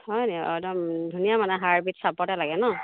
হয়নি একদম ধুনীয়া মানে হাইব্ৰিড চাপৰতে লাগে নহ্